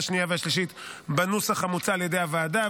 השנייה והשלישית בנוסח המוצע על ידי הוועדה.